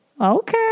okay